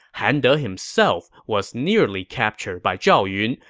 han de himself was nearly captured by zhao yun,